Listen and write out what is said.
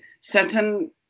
certain